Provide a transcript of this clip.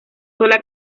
sola